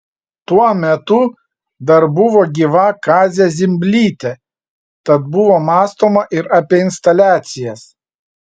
tuo metu dar buvo gyva kazė zimblytė tad buvo mąstoma ir apie instaliacijas